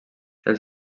els